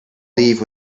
leave